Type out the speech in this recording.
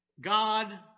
God